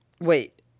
wait